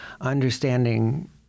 understanding